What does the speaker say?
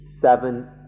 seven